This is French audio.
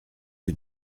que